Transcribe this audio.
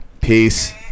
Peace